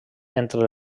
entre